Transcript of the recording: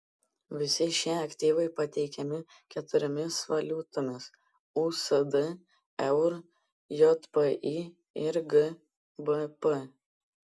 visi šie aktyvai pateikiami keturiomis valiutomis usd eur jpy ir gbp